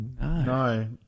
No